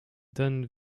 dan